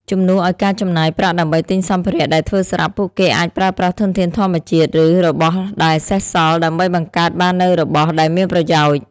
ជំនួសឲ្យការចំណាយប្រាក់ដើម្បីទិញសម្ភារៈដែលធ្វើស្រាប់ ពួកគេអាចប្រើប្រាស់ធនធានធម្មជាតិ ឬរបស់ដែលសេសសល់ដើម្បីបង្កើតបាននូវរបស់ដែលមានប្រយោជន៍។